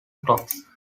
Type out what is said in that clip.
clocks